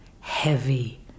heavy